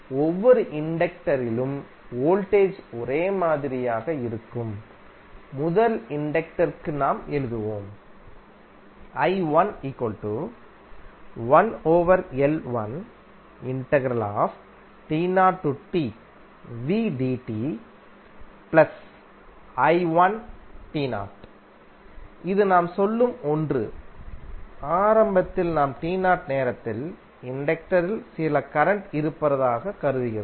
ஒவ்வொரு இண்டக்டரிலும் வோல்டேஜ் ஒரே மாதிரியாக இருக்கும் முதல் இண்டக்டர் க்கு நாம் எழுதுவோம் இது நாம் சொல்லும் ஒன்று ஆரம்பத்தில் நாம் t0நேரத்தில் இண்டக்டரில் சில கரண்ட் இருப்பதாக கருதுகிறோம்